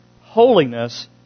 holiness